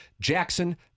Jackson